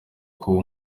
kuba